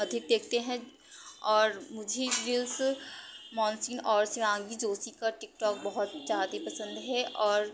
अधिक देखते हैं और मुझे गिल्स मोहन सिंह और शिवांगी जोशी का टिकटोक बहुत ज़्यादा पसंद है और